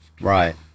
Right